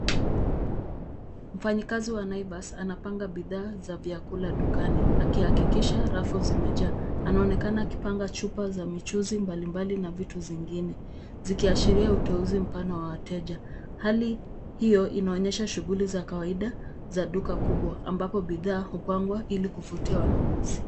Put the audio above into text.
Mfanyikazi wa Naivas anapanga bidhaa za vyakula dukani akihakikisha rafu zimejaa. Anaonekana akipanga chupa za michuuzi mbalimbali na vitu zingine, zikiashiria uteuzi mpana wa wateja. Hali hiyo inaonyesha shughuli za kawadia za duka kubwa, ambapo bidhaa hupangwa ili kuvutia wanunuzi.